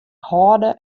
hâlde